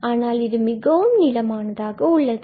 ஆனால் இது மிகவும் நீளமானதாக உள்ளது